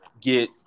get